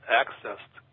accessed